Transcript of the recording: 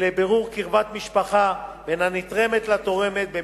לבירור קרבת משפחה בין הנתרמת לתורמת.